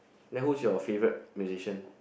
then who's your favorite musician